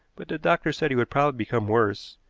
but the doctors said he would probably become worse,